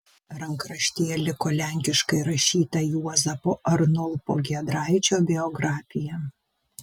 rankraštyje liko lenkiškai rašyta juozapo arnulpo giedraičio biografija